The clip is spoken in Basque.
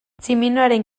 tximinoaren